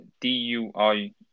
DUI